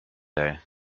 day